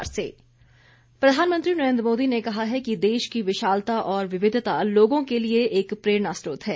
मन की बात प्रधानमंत्री नरेंद्र मोदी ने कहा है कि देश की विशालता और विविधता लोगों के लिए एक प्रेरणा स्त्रोत है